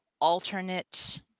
alternate